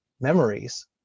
memories